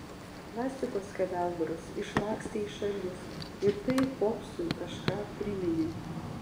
plastiko skeveldros išlakstė į šalis ir tai popsui kažką priminė